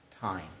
time